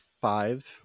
five